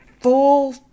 full